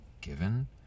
given